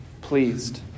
pleased